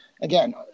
Again